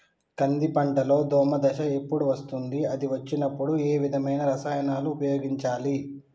కంది పంటలో దోమ దశ ఎప్పుడు వస్తుంది అది వచ్చినప్పుడు ఏ విధమైన రసాయనాలు ఉపయోగించాలి?